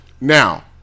Now